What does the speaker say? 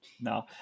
No